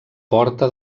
porta